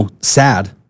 sad